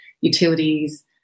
utilities